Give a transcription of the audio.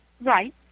Right